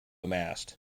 mast